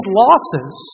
losses